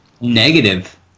Negative